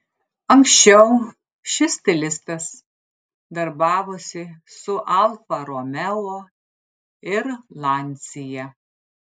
anksčiau šis stilistas darbavosi su alfa romeo ir lancia